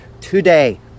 today